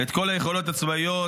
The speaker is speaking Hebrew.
ואת כל היכולות הצבאיות,